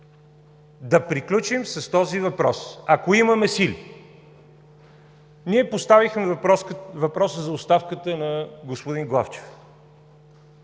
да приключим с този въпрос, ако имаме сили. Ние поставихме въпроса за оставката на господин Главчев,